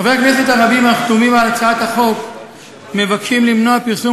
חברי הכנסת הרבים החתומים על הצעת החוק מבקשים למנוע פרסום